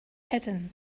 hidden